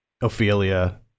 ophelia